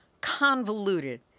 convoluted